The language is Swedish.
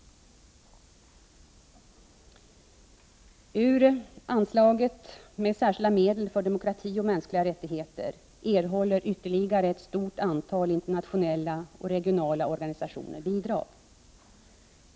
Ur anslaget med särskilda medel för demokrati och mänskliga rättigheter erhåller ytterligare ett stort antal internationella och regionala organisationer bidrag.